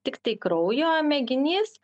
tiktai kraujo mėginys